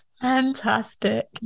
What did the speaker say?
Fantastic